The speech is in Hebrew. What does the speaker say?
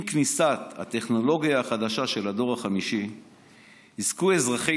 עם כניסת הטכנולוגיה החדשה של דור 5 יזכו אזרחי